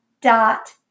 dot